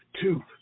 two